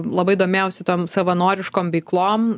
labai domėjausi tom savanoriškom veiklom